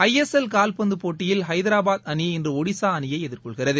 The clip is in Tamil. ஐ எஸ் எல் கால்பந்து போட்டியில் ஹைதராபாத் அணி இன்று ஒடிசா அணியை எதிர்கொள்கிறது